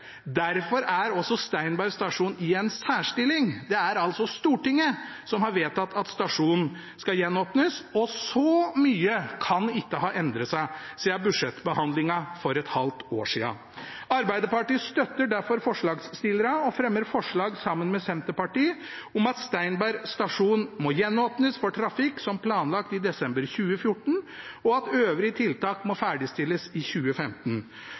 Derfor er også Steinberg stasjon i en særstilling. Det er altså Stortinget som har vedtatt at stasjonen skal gjenåpnes, og så mye kan ikke ha endret seg siden budsjettbehandlingen for et halvt år siden. Arbeiderpartiet støtter derfor forslagsstillerne og fremmer forslag sammen med Senterpartiet om at Steinberg stasjon må gjenåpnes for trafikk som planlagt i desember 2014, og at de øvrige tiltakene må ferdigstilles i 2015.